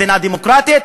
מדינה דמוקרטית,